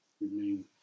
Remain